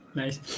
nice